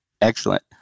Excellent